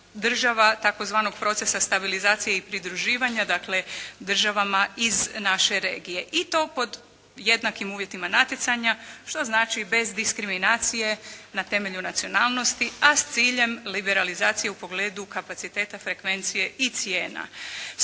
tzv. procesa stabilizacije i pridruživanja dakle državama iz naše regije. I to pod jednakim uvjetima natjecanja što znači bez diskriminacije na temelju nacionalnosti a s ciljem liberalizacije u pogledu kapaciteta frekvencije i cijena.